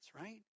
right